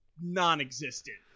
non-existent